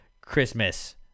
Christmas